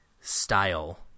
style